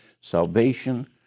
salvation